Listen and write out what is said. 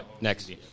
Next